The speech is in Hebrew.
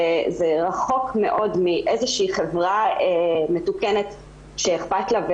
זה רחוק מאוד מאיזושהי חברה מתוקנת שאכפת לה,